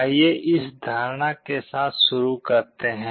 आइए इस धारणा के साथ शुरू करते हैं